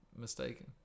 mistaken